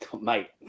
Mate